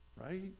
Right